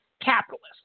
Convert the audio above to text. capitalists